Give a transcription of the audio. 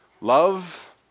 Love